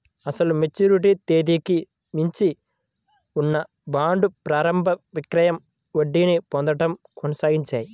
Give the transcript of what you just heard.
అసలు మెచ్యూరిటీ తేదీకి మించి ఉన్న బాండ్లు ప్రారంభ విక్రయం వడ్డీని పొందడం కొనసాగించాయి